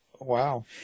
Wow